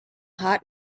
hot